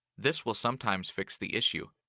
this will sometimes fix the issue.